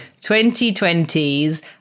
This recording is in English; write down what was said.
2020's